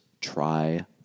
try